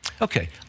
Okay